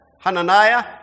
Hananiah